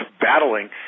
battling